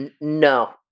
No